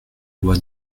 loi